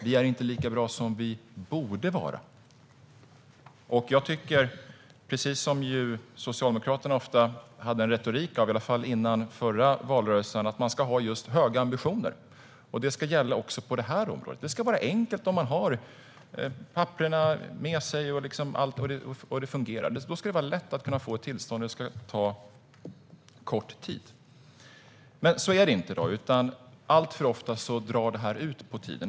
Vi är inte lika bra som vi borde vara. Jag tycker att man ska ha höga ambitioner. Det är också den retorik Socialdemokraterna ofta haft, i alla fall före förra valrörelsen. Detta ska gälla också på det här området. Det ska vara enkelt om man har papperen med sig och allt fungerar. Då ska det vara lätt att få ett tillstånd, och det ska ta kort tid. Men så är det inte i dag; alltför ofta drar det här ut på tiden.